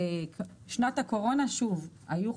בשנת הקורונה היו חריגות,